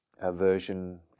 aversion